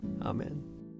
Amen